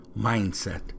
Mindset